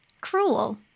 Cruel